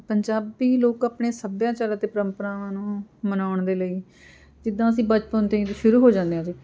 ਪੰਜਾਬੀ ਲੋਕ ਆਪਣੇ ਸੱਭਿਆਚਾਰ ਅਤੇ ਪਰੰਪਰਾਵਾਂ ਨੂੰ ਮਨਾਉਣ ਦੇ ਲਈ ਜਿੱਦਾਂ ਅਸੀਂ ਬਚਪਨ ਤੋਂ ਹੀ ਸ਼ੁਰੂ ਹੋ ਜਾਂਦੇ ਹਾਂ ਜੀ